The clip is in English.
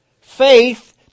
faith